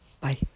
Bye